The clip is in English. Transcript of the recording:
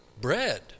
Bread